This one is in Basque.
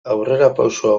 aurrerapauso